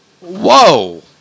Whoa